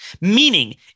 meaning